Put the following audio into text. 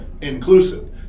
Inclusive